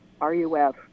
R-U-F